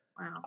Wow